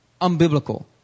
unbiblical